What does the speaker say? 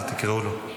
אז תקראו לו.